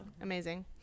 amazing